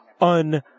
un